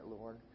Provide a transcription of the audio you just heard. Lord